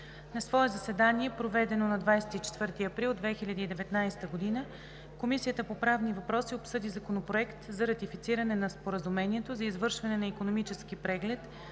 На свое заседание, проведено на 24 април 2019 г., Комисията по правни въпроси обсъди Законопроект за ратифициране на Споразумението за извършване на Икономически преглед